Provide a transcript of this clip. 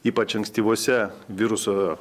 ypač ankstyvuose viruso